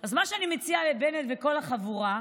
אז מה שאני מציעה לבנט ולכל החבורה,